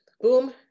boom